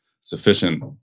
sufficient